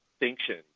distinction